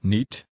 Niet